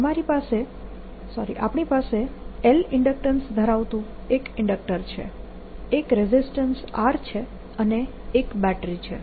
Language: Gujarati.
અમારી પાસે L ઇન્ડક્ટન્સ ધરાવતું એક ઇન્ડક્ટર છે એક રેઝિસ્ટન્સ R છે અને એક બેટરી છે